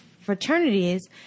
fraternities